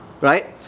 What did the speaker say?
right